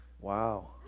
wow